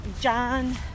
John